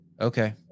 okay